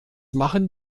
machen